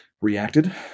reacted